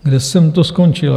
Kde jsem to skončil?